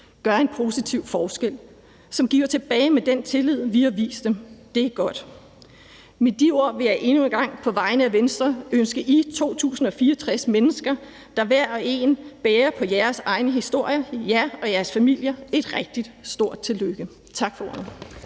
gør en positiv forskel, som giver tilbage med den tillid, vi har vist dem. Det er godt. Med de ord vil jeg endnu en gang på vegne af Venstre ønske jer 2.064 mennesker, der hver og en bærer på jeres egen historie, og jeres famlier et rigtig stort tillykke. Tak for ordet.